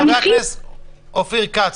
חבר הכנסת אופיר כץ.